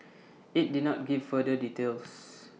IT did not give further details